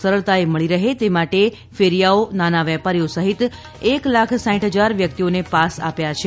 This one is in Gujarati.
સરળતાએ મળી રહે તે માટે ફેરિયાઓ નાના વેપારીઓ સહિત એક લાખ સાઇઠ હજાર વ્યકિતઓને પાસ આપ્યા છે